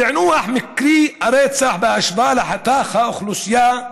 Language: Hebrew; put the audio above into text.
פענוח מקרי הרצח בהשוואה לחתך האוכלוסייה,